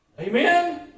Amen